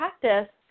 practice